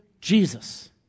Jesus